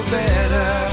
better